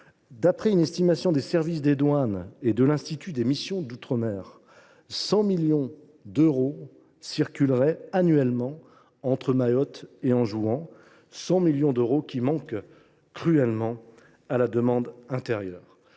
D’après une estimation des services des douanes et de l’Institut d’émission des départements d’outre mer (Iedom), 100 millions d’euros circuleraient annuellement entre Mayotte et Anjouan, soit 100 millions d’euros qui manquent cruellement à la demande intérieure.